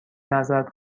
معذرت